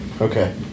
Okay